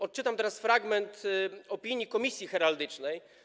Odczytam teraz fragment opinii Komisji Heraldycznej.